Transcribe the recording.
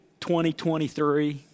2023